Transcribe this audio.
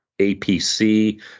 APC